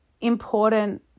important